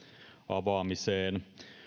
avaamiseen